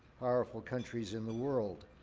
powerful countries in the world.